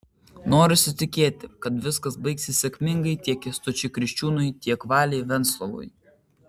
norisi tikėti kad viskas baigsis sėkmingai tiek kęstučiui kriščiūnui tiek valiui venslovui